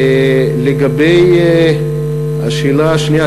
לגבי השאלה השנייה,